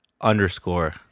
underscore